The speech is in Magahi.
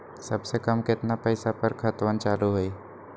सबसे कम केतना पईसा पर खतवन चालु होई?